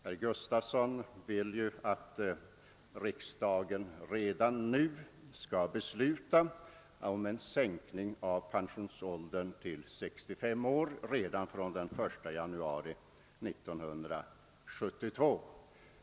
Herr Gustavsson i Alvesta vill att riksdagen redan nu skall besluta om en sänkning av pensionsåldern till 65 år från den 1 januari 1972.